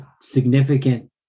significant